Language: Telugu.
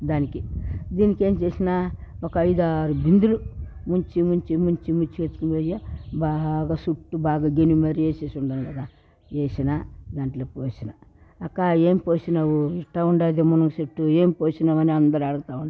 దానికి దీనికేం చేసినా ఒక ఐదారు బిందలు ముంచి ముంచి ముంచి ఎత్తుకొని పోయి బాగా సుట్టూ బాగా గేని మరిగేసేసి ఉండా కదా ఏసిన దాంట్లో పోసిన అక్క ఏం పోసినావు ఇట్టా ఉన్నది మునగ చెట్టు ఏం పోసినావు అందరు అడగత